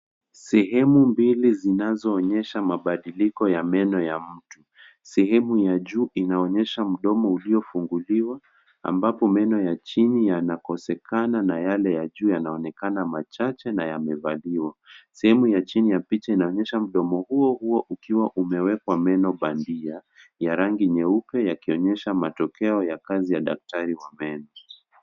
Sehemu mbilizinazoonyesha mabadiliko ya meno ya mtu. Sehemu ya juu inaonyesha mdomo uliofunguliwa ambapo meno ya chini yanakosekana na yale ya juu yanaonekana machache na yamevaliwa. Sehemu ya chini ya picha unaonyesha mdomo huo huo ukiwa umewekwa meno bandia ya rangi nyeupe yakionyesha matokeo ya kazi ya daktari wa meno.